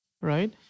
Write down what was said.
right